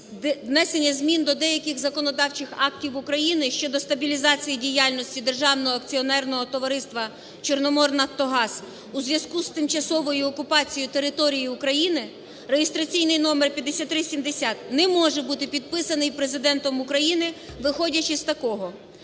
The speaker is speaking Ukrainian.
внесення змін до деяких законодавчих актів України щодо стабілізації діяльності Державного акціонерного товариства "Чорноморнафтогаз" у зв'язку з тимчасовою окупацією території України" (реєстраційний №5370) не може бути підписаний Президентом України, виходячи з такого.